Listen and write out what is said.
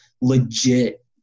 legit